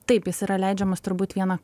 taip jis yra leidžiamas turbūt vieną